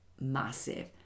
massive